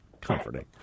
comforting